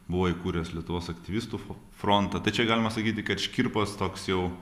buvo įkūręs lietuvos aktyvistų fo frontą tai čia galima sakyti kad škirpos toks jau